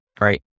right